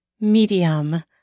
Medium